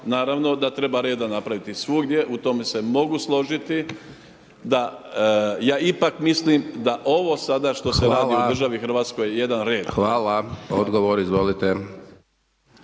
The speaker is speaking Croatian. Naravno da treba reda napraviti svugdje u tome se mogu složiti da ja ipak mislim da ovo sada što se radi …/Upadica: Hvala./… u državi Hrvatskoj jedan red. **Hajdaš Dončić,